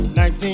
19